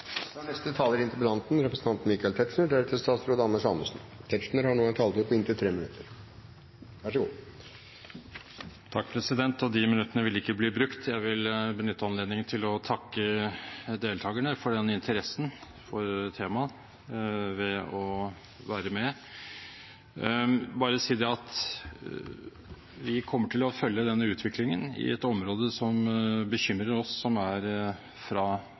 Michael Tetzschner har en taletid på inntil tre minutter. De minuttene vil ikke bli brukt. Jeg vil benytte anledningen til å takke deltakerne for interessen for temaet ved å være med. Jeg vil bare si at vi kommer til å følge utviklingen i et område som bekymrer oss som er fra